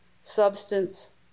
substance